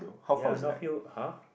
ya not feel !huh!